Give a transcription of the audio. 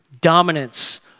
dominance